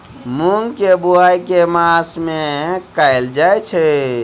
मूँग केँ बोवाई केँ मास मे कैल जाएँ छैय?